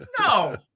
No